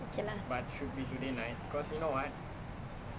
okay lah